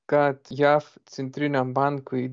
kad jav centriniam bankui